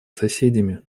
соседями